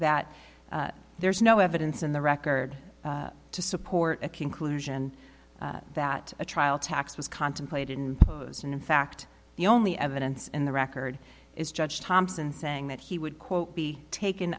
that there is no evidence in the record to support a conclusion that a trial tax was contemplated in and in fact the only evidence in the record is judge thompson saying that he would quote be taken